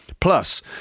Plus